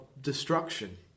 destruction